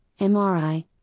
MRI